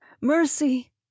mercy